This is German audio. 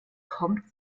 kommt